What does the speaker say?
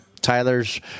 Tyler's